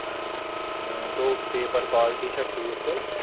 مےٚ ؤنۍتو paper quality چھا ٹھیٖک تۄہہِ